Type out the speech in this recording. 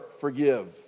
forgive